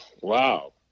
wow